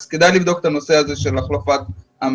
אז כדאי לבדוק את הנושא הזה של החלפת המערכת.